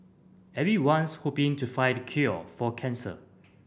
everyone's hoping to find the cure for cancer